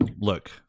look